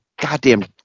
goddamn